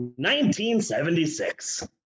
1976